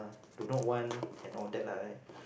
to not want and all that lah